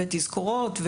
תזכורות,